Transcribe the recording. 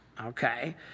Okay